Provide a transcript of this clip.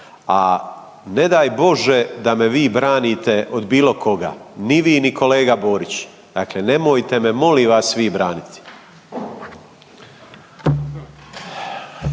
A ne daj Bože da me vi branite od bilo koga, ni vi ni kolega Borić. Dakle, nemojte me molim vas vi braniti.